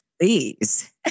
please